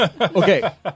Okay